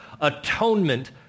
atonement